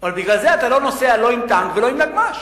אבל בגלל זה אתה לא נוסע לא עם טנק ולא עם נגמ"ש.